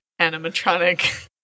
animatronic